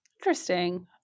Interesting